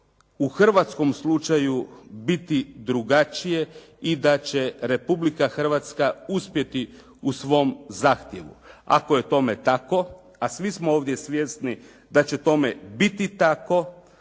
u hrvatskom slučaju biti drugačije i da će Republika Hrvatska uspjeti u svom zahtjevu. Ako je tome tako a svi smo ovdje svjesni da će tome biti tako,